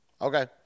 Okay